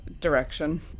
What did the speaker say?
direction